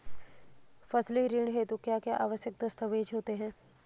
फसली ऋण हेतु क्या क्या आवश्यक दस्तावेज़ होते हैं?